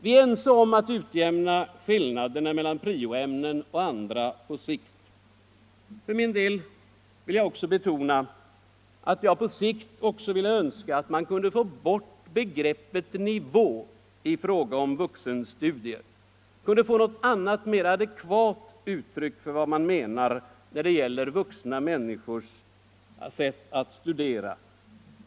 Vi är ense om att utjämna — m.m. skillnaderna mellan prio-ämnen och andra på sikt. För min del vill jag betona att jag också önskar att man på sikt kunde få bort begreppet nivå när det gäller vuxenstudier, att man kunde hitta något mera adekvat uttryck för vad man menar när det gäller vuxna människors studier.